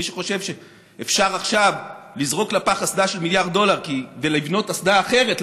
מי שחושב שאפשר עכשיו לזרוק לפח אסדה של מיליארד דולר ולבנות אסדה אחרת,